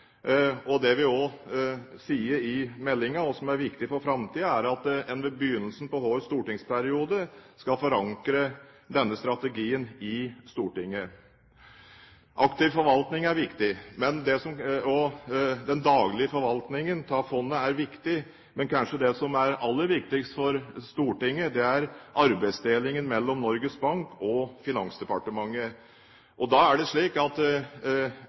er at man ved begynnelsen av hver stortingsperiode skal forankre denne strategien i Stortinget. Aktiv forvaltning er viktig, og den daglige forvaltningen av fondet er viktig, men det som kanskje er aller viktigst for Stortinget, er arbeidsdelingen mellom Norges Bank og Finansdepartementet. Da er det slik at